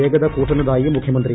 വേഗത കൂട്ടുന്നതായി മുഖ്യമന്ത്രി